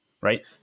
right